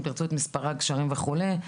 אם תרצו את מספרי הגשרים וכולי.